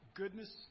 goodness